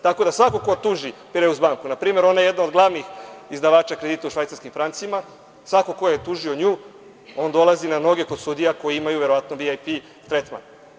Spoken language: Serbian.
Tako da, svako ko tuži „Pireus banku“, na primer ona je jedna od glavnih izdavača kredita u švajcarskim francima, svako ko je tužio nju, on dolazi na noge kod sudija koji imaju verovatno VIP tretman.